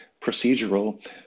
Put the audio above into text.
procedural